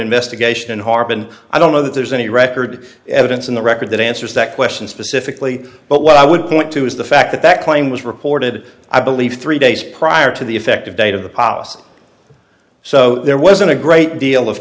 investigation harben i don't know that there's any record evidence in the record that answers that question specifically but what i would point to is the fact that that claim was reported i believe three days prior to the effective date of the policy so there wasn't a great deal of